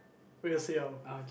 we'll see how